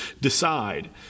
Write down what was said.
decide